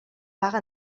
paga